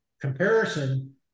comparison